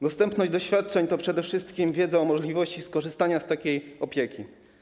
Dostępność świadczeń to przede wszystkim wiedza o możliwości skorzystania z takiej opieki.